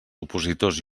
opositors